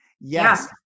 Yes